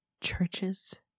churches